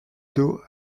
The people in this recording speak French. dos